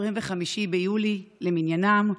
25 ביולי למניינם,